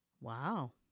wow